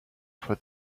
for